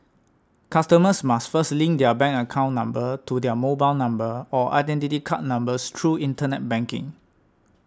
customers must first link their bank account number to their mobile number or Identity Card numbers through internet banking